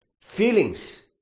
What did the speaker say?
feelings